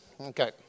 Okay